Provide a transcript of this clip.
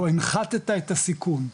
או הנחתת את הסיכון,